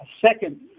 second